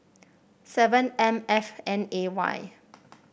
seven M F N A Y